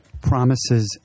promises